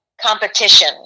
Competition